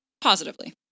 positively